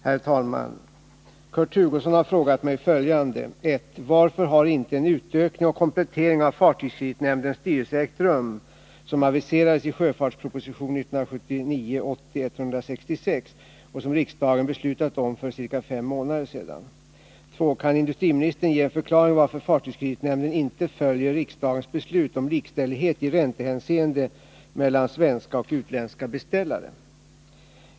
Herr talman! Kurt Hugosson har frågat mig följande: 1. Varför har inte den utökning och komplettering av fartygskreditnämndens styrelse ägt rum som aviserades i sjöfartspropositionen 1979/80:166 och som riksdagen beslutat om för ca fem månader sedan? 2. Kan industriministern ge en förklaring till varför fartygskreditnämnden inte följer riksdagens beslut om likställighet i räntehänseende mellan svenska och utländska beställare?